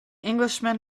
englishman